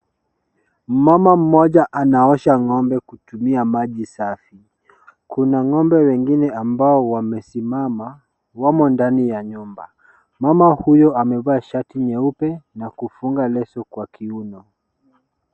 Mama mmoja anaosha ng'ombe kutumia maji safi ,kuna ng'ombe wengine ambao wamesimama wamo ndani ya nyumba .Mama huyo amevaa shati nyeupe na kufunga leso kwa kiuno.